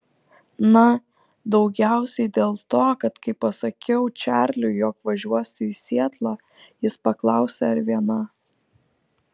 na daugiausiai dėl to kad kai pasakiau čarliui jog važiuosiu į sietlą jis paklausė ar viena